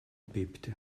bebte